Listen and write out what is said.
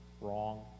wrong